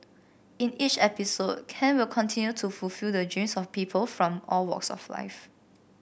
in each episode Ken will continue to fulfil the dreams of people from all walks of life